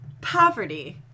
Poverty